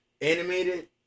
Animated